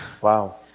Wow